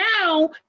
now